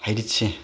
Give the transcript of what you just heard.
ꯍꯩꯔꯤꯠꯁꯦ